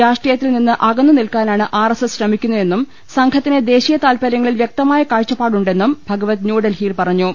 രാഷ്ട്രീയത്തിൽനിന്ന് അകന്നുനിൽക്കാനാണ് R S S ശ്രമിക്കുന്ന തെന്നും സംഘത്തിന് ദേശീയ താൽപര്യങ്ങളിൽ വൃക്തമായ കാഴ്ചപ്പാടുണ്ടെന്നും ഭഗവത് ന്യൂഡൽഹി യിൽ പറഞ്ഞു